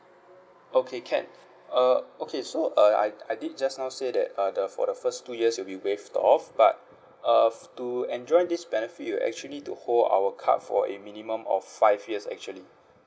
okay can uh okay so uh I I did just now say that uh the for the first two years will be waived off but uh to enjoy this benefit you actually need to hold our card for a minimum of five years actually